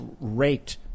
raped